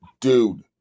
dude